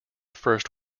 first